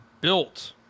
built